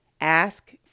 ask